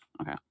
Okay